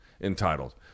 entitled